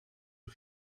wir